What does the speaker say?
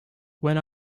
when